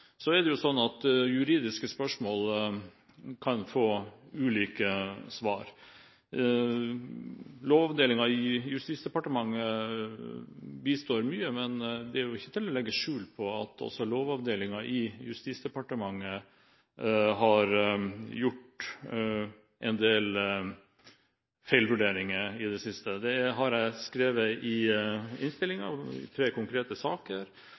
Så er det sånn at juridiske spørsmål kan få ulike svar. Lovavdelingen i Justisdepartementet bistår mye, men det er ikke til å legge skjul på at også Lovavdelingen i Justisdepartementet har gjort en del feilvurderinger i det siste. Det har jeg skrevet i innstillingen, tre konkrete saker,